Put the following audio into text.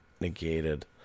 negated